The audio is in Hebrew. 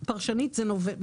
העבירה,